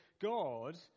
God